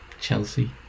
Chelsea